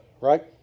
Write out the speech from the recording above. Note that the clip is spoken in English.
right